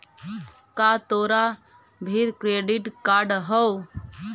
का तोरा भीर क्रेडिट कार्ड हउ?